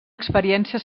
experiència